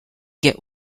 get